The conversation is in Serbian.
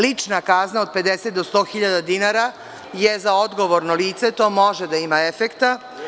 Lična kazna od 50 do 100.000 dinara je za odgovorno lice, to može da ima efekta.